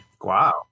wow